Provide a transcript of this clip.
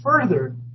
further